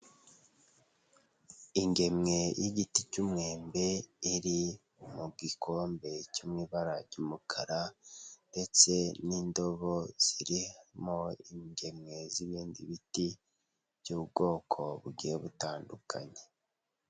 Ingemwe y'igiti cy'umwembe iri mu gikombe cyo mu ibara ry'umukara ndetse n'indobo zirimo ingemwe z'ibindi biti by'ubwoko bugiye butandukanye.